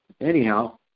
anyhow